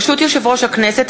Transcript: ברשות יושב-ראש הכנסת,